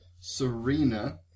Serena